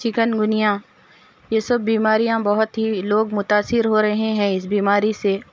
chicken گنیا یہ سب بیماریاں بہت ہی لوگ متاثر ہو رہے ہیں اِس بیماری سے